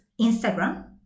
Instagram